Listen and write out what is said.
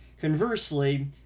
Conversely